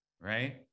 Right